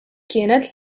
kienet